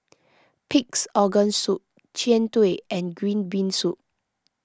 Pig's Organ Soup Jian Dui and Green Bean Soup